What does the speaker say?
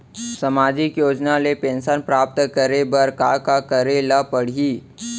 सामाजिक योजना ले पेंशन प्राप्त करे बर का का करे ल पड़ही?